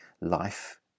life